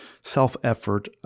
self-effort